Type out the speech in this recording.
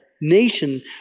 nation